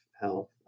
Health